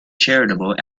charitable